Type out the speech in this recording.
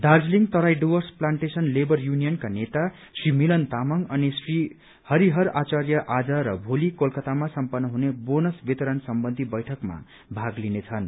Darjeeling Terai Dooars plantation labour युनियनको नेता श्री मिलन तामाङ अनि श्री हरिहर आचार्य आज र भोली कोलकतामा सम्पत्र हुने बोनस वितरण सम्बन्धी बैठकमा भाग लिनेछन्